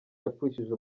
yapfushije